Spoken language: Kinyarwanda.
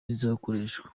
zizakoreshwa